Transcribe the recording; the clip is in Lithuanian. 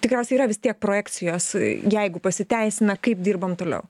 tikriausiai yra vis tiek projekcijos jeigu pasiteisina kaip dirbam toliau